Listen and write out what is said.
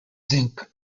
zinc